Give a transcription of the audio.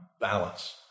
balance